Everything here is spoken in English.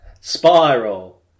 Spiral